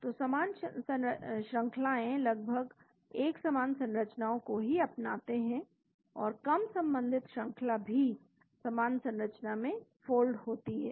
तो समान श्रृंखलाएं लगभग एक समान संरचनाओं को ही अपनाते हैं और कम संबंधित श्रंखला भी समान संरचना में फोल्ड होती है